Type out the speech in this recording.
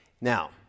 Now